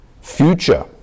future